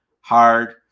hard